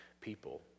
people